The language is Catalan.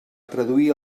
traduir